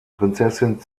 prinzessin